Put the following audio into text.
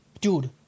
Dude